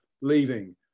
leaving